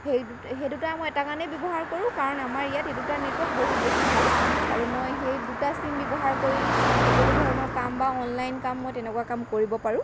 সেই দুটা মই এটা কাৰণেই ব্যৱহাৰ কৰোঁ কাৰণ আমাৰ ইয়াত এই দুটাৰ নেটৱৰ্ক বহুত বেছি ভাল আৰু মই সেই দুটা চিম ব্যৱহাৰ কৰি সকলো ধৰণৰ কাম বা অনলাইন কাম মই তেনেকুৱা কাম কৰিব পাৰোঁ